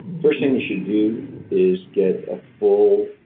first thing you should do is get a full